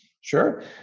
Sure